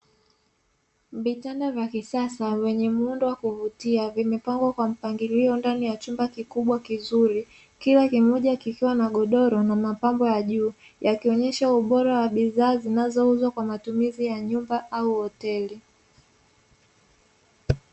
Vitanda vya kisasa vyenye muundo wa kuvutia ,vimepangwa kwa mpangilio ndani ya chumba kikubwa kizuri ,kila kimoja kikiwa na godoro na mapambo ya juu yakionyesha ubora wa bidhaa zinazouzwa kwa matumizi ya nyumba au hoteli.